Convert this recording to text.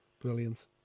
Brilliant